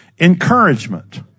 encouragement